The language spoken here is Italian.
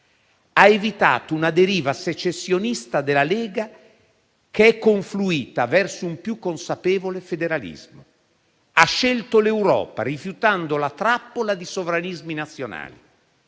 ha evitato una deriva secessionista della Lega, che è confluita verso un più consapevole federalismo; ha scelto l'Europa, rifiutando la trappola di sovranismi nazionali;